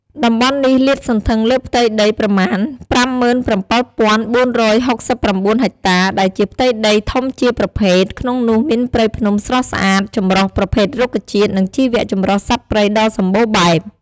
តំបន់នេះលាតសន្ធឹងលើផ្ទៃដីប្រមាណ ៥៧,៤៦៩ ហិកតា ដែលជាផ្ទៃដីធំជាប្រភេទ ក្នុងនោះមានព្រៃភ្នំស្រស់ស្អាត ចម្រុះប្រភេទរុក្ខជាតិ និងជីវចម្រុះសត្វព្រៃដ៏សម្បូរបែប។